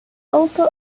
also